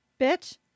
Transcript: Bitch